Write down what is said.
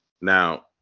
now